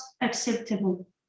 acceptable